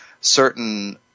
certain